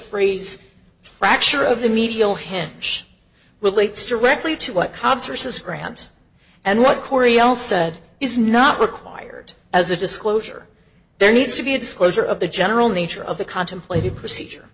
phrase fracture of the medial hinge relates directly to what carbs are says grams and what cory all said is not required as a disclosure there needs to be a disclosure of the general nature of the contemplated procedure